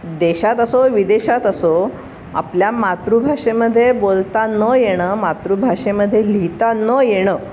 देशात असो विदेशात असो आपल्या मातृभाषेमध्ये बोलता न येणं मातृभाषेमध्ये लिहिता न येणं